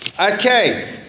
Okay